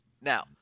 Now